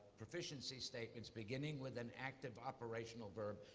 proficiency statements, beginning with an active operational verb,